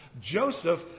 Joseph